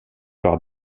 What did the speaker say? par